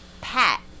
Pat